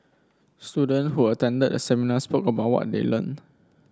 students who attended the seminar spoke about what they learned